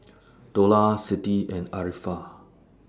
Dollah Siti and Arifa